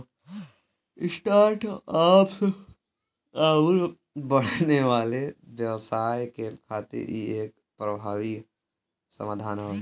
start ups आउर बढ़ने वाले व्यवसाय के खातिर इ एक प्रभावी समाधान हौ